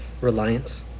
reliance